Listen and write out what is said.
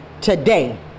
today